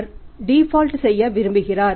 அவர் default செய்ய விரும்புகிறார்